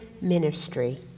ministry